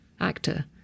actor